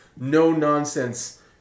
no-nonsense